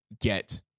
get